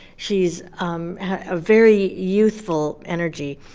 she's a very youthful energy.